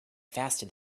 faster